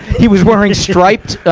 he was wearing striped, um,